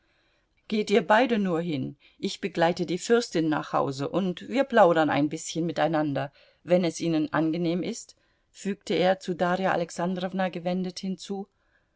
geht ihr beide nur hin ich begleite die fürstin nach hause und wir plaudern ein bißchen miteinander wenn es ihnen angenehm ist fügte er zu darja alexandrowna gewendet hinzu